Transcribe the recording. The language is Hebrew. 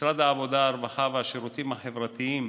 משרד העבודה, הרווחה והשירותים החברתיים